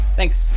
thanks